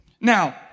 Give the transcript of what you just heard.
Now